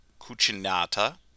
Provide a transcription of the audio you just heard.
Cucinata